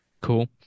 Cool